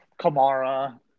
Kamara